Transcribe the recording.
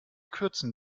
kürzen